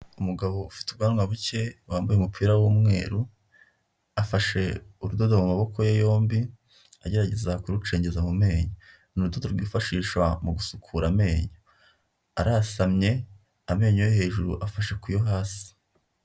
Umugabo ufite ubwanwa buke wambaye umupira w'umweru afashe urudodo mu maboko ye yombi agerageza kurucengeza mu menyo, ni urudodo rwifashishwa mu gusukura amenyo, arasamye amenyo yo hejuru afashe ku yo hasi.